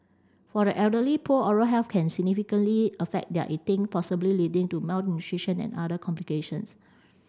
for the elderly poor oral health can significantly affect their eating possibly leading to malnutrition and other complications